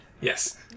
yes